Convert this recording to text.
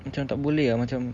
macam tak boleh lah macam